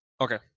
Okay